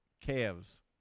calves